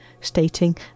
stating